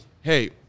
hey